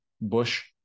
bush